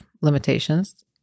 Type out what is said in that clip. limitations